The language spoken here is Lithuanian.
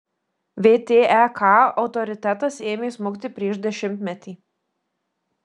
vtek autoritetas ėmė smukti prieš dešimtmetį